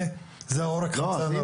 זה עורק חמצן הראשי.